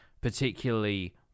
particularly